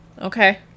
Okay